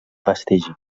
vestigi